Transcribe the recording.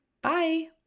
Bye